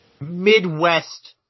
Midwest